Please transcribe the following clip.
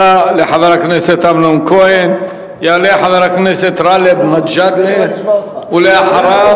אני מבטיח לך, בסוף תצביעו בעד.